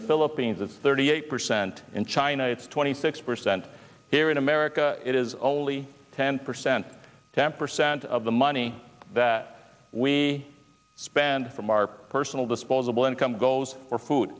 the philippines it's thirty eight percent in china it's twenty six percent here in america it is only ten percent ten percent of the money that we spend from our personal disposable income goes for food